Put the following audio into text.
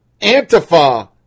Antifa